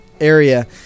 area